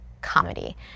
comedy